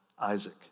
Isaac